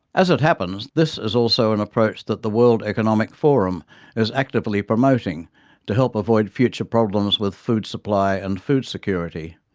as it happens, this is also an approach that the world economic forum is actively promoting to help avoid future problems with food supply and food security.